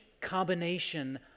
combination